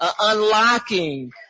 Unlocking